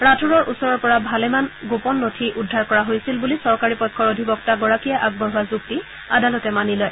ৰাথোৰৰ ওচৰৰ পৰা ভালেমান গোপন নথি উদ্ধাৰ কৰা হৈছিল বুলি চৰকাৰী পক্ষৰ অধিবক্তাগৰাকীয়ে আগবঢ়োৱা যুক্তি আদালতে মানি লয়